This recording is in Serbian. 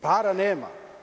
Para nema.